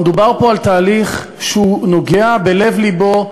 מדובר פה על תהליך שהוא נוגע בלב לבו,